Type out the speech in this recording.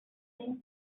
two